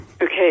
Okay